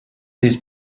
these